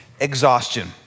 exhaustion